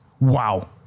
Wow